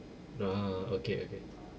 ah okay okay